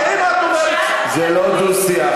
זה לא דו-שיח.